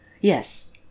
Yes